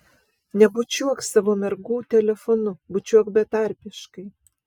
nebučiuok savo mergų telefonu bučiuok betarpiškai